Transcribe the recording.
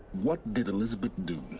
what did elisabet do?